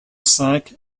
cinq